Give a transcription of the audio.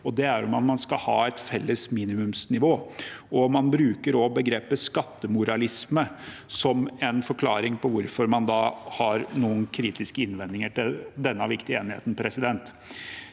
det er om man skal ha et felles minimumsnivå. De bruker også begrepet skattemoralisme som en for klaring på hvorfor de har noen kritiske innvendinger til denne viktige enigheten. Det